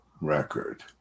record